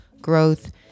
growth